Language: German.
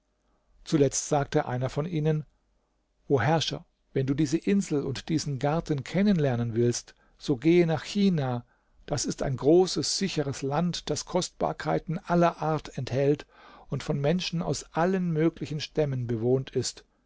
zuletzt sagte einer von ihnen o herrscher wenn du diese insel und diesen garten kennenlernen willst so gehe nach china das ist ein großes sicheres land das kostbarkeiten aller art enthält und von menschen aus allen möglichen stämmen bewohnt ist